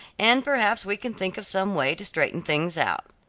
and perhaps we can think of some way to straighten things out.